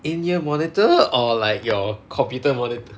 in year monitor or like your computer monitor